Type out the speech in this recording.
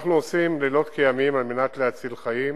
אנחנו עושים לילות כימים על מנת להציל חיים,